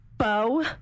Bo